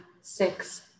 six